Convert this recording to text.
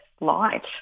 light